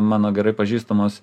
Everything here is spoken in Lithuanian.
mano gerai pažįstamos